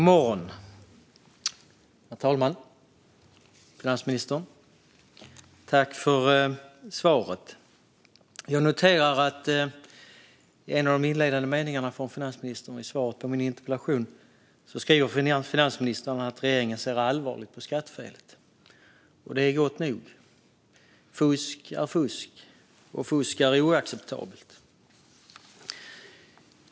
Herr talman! God morgon! Jag tackar för svaret, finansministern. Jag noterar att i en av de inledande meningarna från finansministern i svaret på min interpellation sa finansministern att regeringen ser allvarligt på skattefelet. Det är gott nog. Fusk är fusk, och fusk är oacceptabelt.